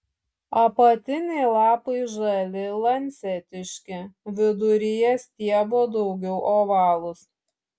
apatiniai lapai žali lancetiški viduryje stiebo daugiau ovalūs